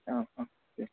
औ औ दे